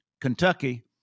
Kentucky